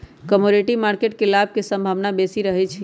commodity market में लाभ के संभावना बेशी रहइ छै